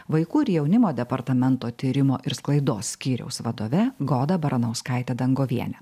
vaikų ir jaunimo departamento tyrimo ir sklaidos skyriaus vadove goda baranauskaite dangoviene